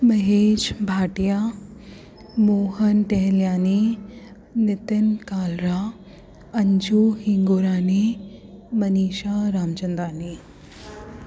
Mahesh Bhatia Mohan Tahliani Nitin Kalra Anju Hingorani Manisha Ramchandani